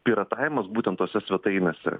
piratavimas būtent tose svetainėse